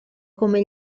come